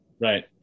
Right